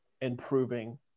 improving